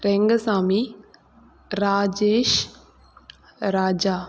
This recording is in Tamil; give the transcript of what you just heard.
ரங்கசாமி ராஜேஷ் ராஜா